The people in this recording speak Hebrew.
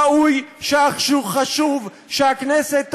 ראוי וחשוב שהכנסת תדון.